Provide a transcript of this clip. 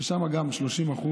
גם שם 30%